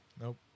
Nope